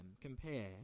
compare